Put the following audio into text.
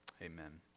Amen